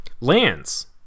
lands